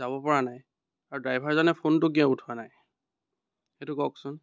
যাব পৰা নাই আৰু ড্ৰাইভাৰজনে ফোনটো কিয় উঠোৱা নাই সেইটো কওকচোন